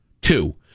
Two